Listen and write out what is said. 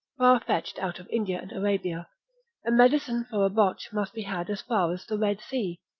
far-fetched out of india and arabia a medicine for a botch must be had as far as the red sea.